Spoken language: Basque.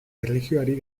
erlijioari